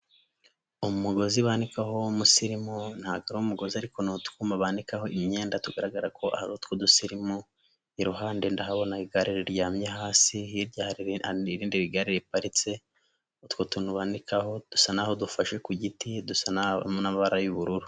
Umugozi banikaho w'umusirimu ntabwo ari umugozi ariko ni utwuma banikaho imyenda tugaragara ko ari utw'udusirimu, iruhande ndahabona igare riryamye hasi, hirya hari irindi gare riparitse; utwo tumanikwaho dusa naho dufashe ku giti, dusa n'amabara y'ubururu.